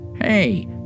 Hey